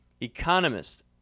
Economist